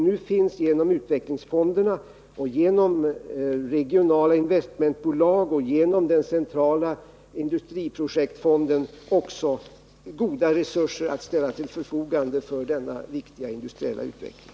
Nu finns genom utvecklingsfonderna, genom regionala investmentbolag och genom den centrala industriprojektfonden goda resurser att ställa till förfogande för denna viktiga industriella utveckling.